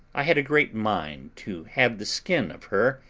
i had a great mind to have the skin of her,